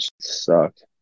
sucked